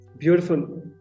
Beautiful